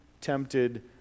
tempted